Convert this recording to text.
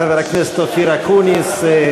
חבר הכנסת אופיר אקוניס.